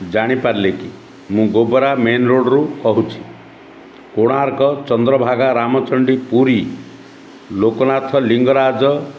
ଜାଣିପାରିଲେ କି ମୁଁ ଗୋବରା ମେନ୍ ରୋଡ଼୍ରୁ କହୁଛି କୋଣାର୍କ ଚନ୍ଦ୍ରଭାଗା ରାମଚଣ୍ଡୀ ପୁରୀ ଲୋକନାଥ ଲିଙ୍ଗରାଜ